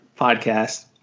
podcast